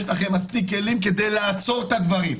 יש לכם מספיק כלים כדי לעצור את הדברים.